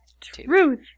Truth